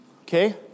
Okay